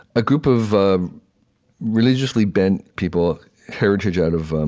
a group of of religiously bent people, heritage out of